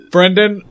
Brendan